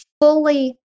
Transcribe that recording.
fully